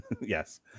Yes